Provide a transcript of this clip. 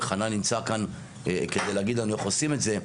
וחנן נמצא כאן כדי להגיד לנו איך עושים את זה,